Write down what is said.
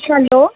hello